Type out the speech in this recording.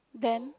then